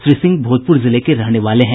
श्री सिंह भोजपुर जिले के रहने वाले हैं